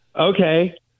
Okay